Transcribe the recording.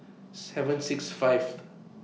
seven six five